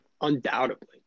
Undoubtedly